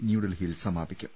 ന്യൂഡൽഹിയിൽ സമാപിക്കും